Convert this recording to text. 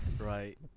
Right